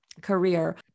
career